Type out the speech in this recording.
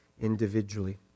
individually